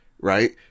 Right